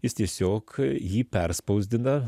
jis tiesiog jį perspausdina